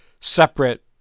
separate